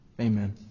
Amen